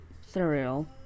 cereal